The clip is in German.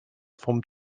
vom